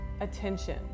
attention